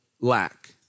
lack